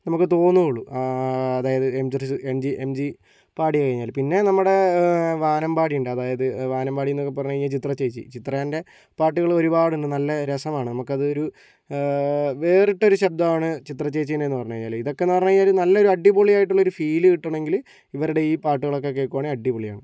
നമുക്ക് തോന്നുള്ളു അതായത് എംജിറി എംജി എംജി പാടിക്കഴിഞ്ഞാല് പിന്നെ നമ്മുടെ വാമ്പാടിയുണ്ട് അതായത് വാനമ്പാടി എന്നൊക്കെ പറഞ്ഞാൽ ചിത്ര ചേച്ചി ചിത്രെൻ്റെ പാട്ടുകൾ ഒരുപാടുണ്ട് നല്ല രസമാണ് നമുക്ക് അത് ഒരു വേറിട്ട ഒരു ശബ്ദമാണ് ചിത്ര ചേച്ചീന്റെ എന്ന് പറഞ്ഞു കഴിഞ്ഞാൽ ഇതൊക്കെ എന്ന് പറഞ്ഞു കഴിഞ്ഞാല് ഇതൊക്കെയെന്ന് പറഞ്ഞു കഴിഞ്ഞാൽ ഒരു നല്ല ഒരു അടിപൊളിയായിട്ടുള്ള ഒരു ഫീൽ കിട്ടണെങ്കില് ഇവരുടെ ഈ പാട്ടുകൾ ഒക്കെ കേൾക്കുകയാണെങ്കിൽ അടിപൊളിയാണ്